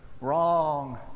Wrong